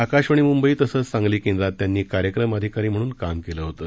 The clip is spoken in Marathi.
आकाशवाणी म्ंबई तसंच सांगली केंद्रात त्यांनी कार्यक्रम अधिकारी म्हणून काम केलं होतं